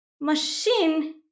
Machine